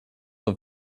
off